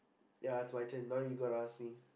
ya it's my turn now you gotta ask me